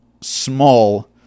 small